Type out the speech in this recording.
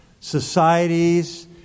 societies